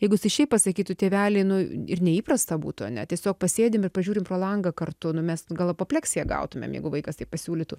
jeigu jisai šiaip pasakytų tėveliai nu ir neįprasta būtų ane tiesiog pasėdim ir pažiūrim pro langą kartu nu mes gal apopleksija gautumėm jeigu vaikas taip pasiūlytų